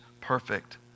perfect